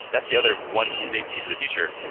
that's the other one big piece of the future.